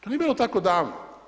To nije bilo tako davno.